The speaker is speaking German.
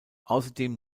außerdem